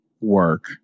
work